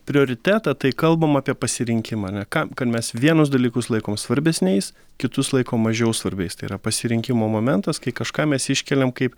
prioritetą tai kalbam apie pasirinkimą ar ne ką kad mes vienus dalykus laikom svarbesniais kitus laikom mažiau svarbiais tai yra pasirinkimo momentas kai kažką mes iškeliam kaip